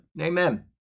Amen